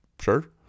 sure